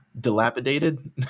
dilapidated